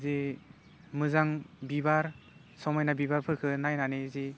जि मोजां बिबार समायना बिबारफोरखो नायनानै जि